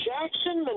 Jackson